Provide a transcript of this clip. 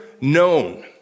known